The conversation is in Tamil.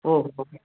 ஓஹோ